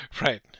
right